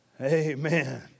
Amen